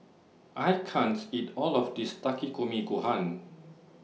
I can't eat All of This Takikomi Gohan